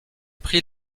pris